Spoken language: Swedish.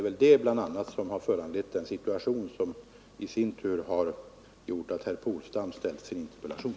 a. detta har föranlett den situation som i sin tur har gjort att herr Polstam ställt sin interpellation.